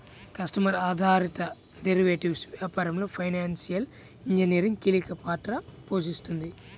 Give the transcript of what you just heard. customer ఆధారిత derivatives వ్యాపారంలో financial engineering కీలక పాత్ర పోషిస్తుంది